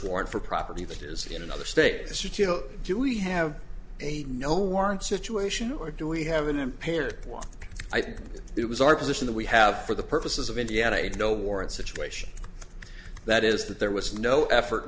warrant for property that is in another state this is do we have a no warrant situation or do we have an impaired one i think it was our position that we have for the purposes of indiana a no warrant situation that is that there was no effort